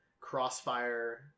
Crossfire